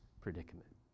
predicament